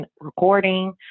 recording